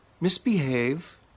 Misbehave